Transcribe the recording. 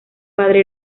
padre